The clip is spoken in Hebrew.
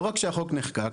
לא רק שהחוק נחקק,